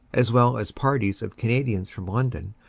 as well as parties of canadians from london,